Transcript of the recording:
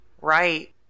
Right